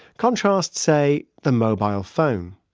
contrast, say, the mobile phone.